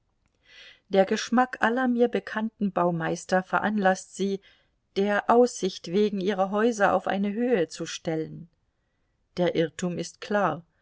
der geschmack aller mir bekannten baumeister veranlaßt sie der aussicht wegen ihre häuser auf eine höhe zu stellen der irrtum ist klar